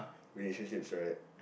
relationships right